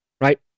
right